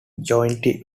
jointly